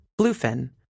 bluefin